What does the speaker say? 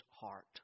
heart